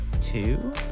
two